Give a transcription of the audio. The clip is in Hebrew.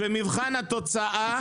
אבל במבחן התוצאה